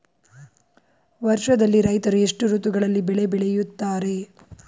ವರ್ಷದಲ್ಲಿ ರೈತರು ಎಷ್ಟು ಋತುಗಳಲ್ಲಿ ಬೆಳೆ ಬೆಳೆಯುತ್ತಾರೆ?